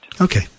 Okay